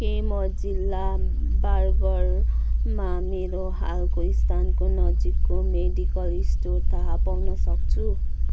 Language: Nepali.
के म जिल्ला बारगढमा मेरो हालको स्थानको नजिकको मेडिकल स्टोर थाहा पाउन सक्छु